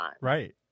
Right